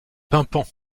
pimpant